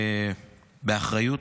באחריות.